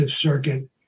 Circuit